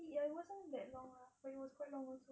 it wasn't that long lah it was quite long also